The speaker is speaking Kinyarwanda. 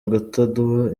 agatadowa